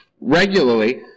regularly